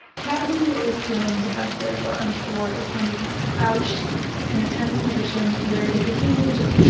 cat who is feeling defensive or unsure is going to be, kind of, crouched in a tense position where they could easily just, pshoo!